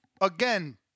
again